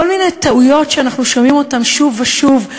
כל מיני טעויות שאנחנו שומעים אותן שוב ושוב,